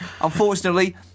Unfortunately